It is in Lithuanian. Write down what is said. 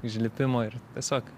užlipimo ir tiesiog